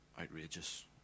outrageous